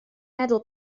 meddwl